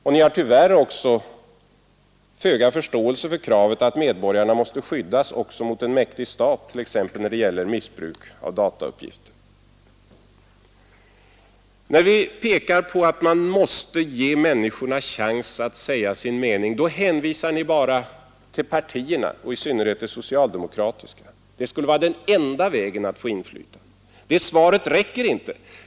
Och ni har tyvärr föga förståelse för kravet att medborgarna måste skyddas också mot en mäktig stat, t.ex. när det gäller missbruk av datauppgifter. När vi pekar på att man måste ge människorna chans att säga sin mening, hänvisar ni bara till partierna och i synnerhet det socialdemokratiska. Det skulle vara den enda vägen att få inflytande. Det svaret räcker inte.